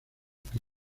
que